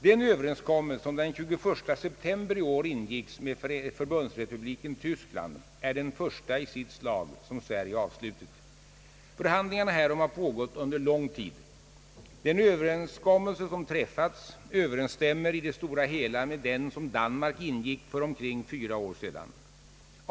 Den överenskommelse som den 21 september i år ingicks med Förbundsrepubliken Tyskland är den första i sitt slag, som Sverige avslutit. Förhandlingarna härom har pågått under lång tid. Den överenskommelse som «träffats överensstämmer i det stora hela med den som Danmark ingick för omkring fyra år sedan.